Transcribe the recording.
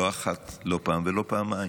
לא אחת, לא פעם ולא פעמיים,